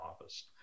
office